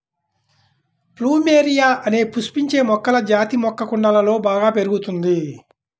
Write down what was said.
plumeria అనే పుష్పించే మొక్కల జాతి మొక్క కుండలలో బాగా పెరుగుతుంది